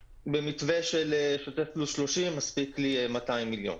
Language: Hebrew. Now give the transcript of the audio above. במתווה של שוטף פלוס 30, מספיק לי 200 מיליון.